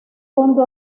fondo